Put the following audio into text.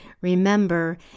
Remember